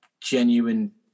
genuine